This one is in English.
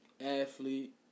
athlete